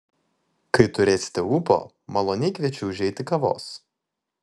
kai turėsite ūpo maloniai kviečiu užeiti kavos